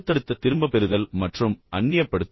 அடுத்தடுத்த திரும்பப் பெறுதல் மற்றும் அந்நியப்படுத்தல்